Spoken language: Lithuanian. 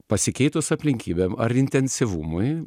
pasikeitus aplinkybėm ar intensyvumui